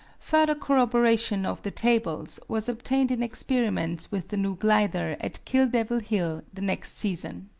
further corroboration of the tables was obtained in experiments with the new glider at kill devil hill the next season.